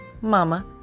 Mama